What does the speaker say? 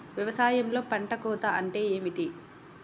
వ్యవసాయంలో పంట కోత అంటే ఏమిటి?